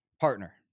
partner